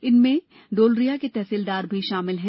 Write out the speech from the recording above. इनमें डोलरिया के तहसीलदार भी शामिल हैं